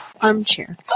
Armchair